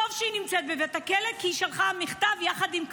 טוב שהיא נמצאת בבית הכלא כי היא שלחה מכתב יחד עם קליע,